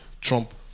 Trump